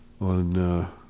on